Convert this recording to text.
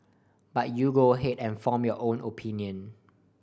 but you go ahead and form your own opinion